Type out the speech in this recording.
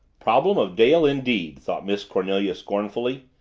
problem of dale, indeed! thought miss cornelia scornfully.